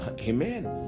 Amen